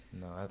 no